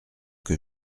que